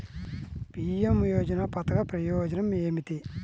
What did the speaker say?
PM యోజన పధకం ప్రయోజనం ఏమితి?